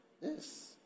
Yes